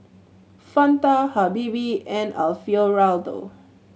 Fanta Habibie and Alfio Raldo